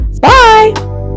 bye